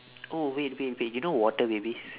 oh wait wait wait you know water babies